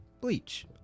Bleach